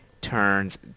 turns